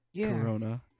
Corona